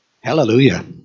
Hallelujah